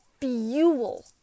fuel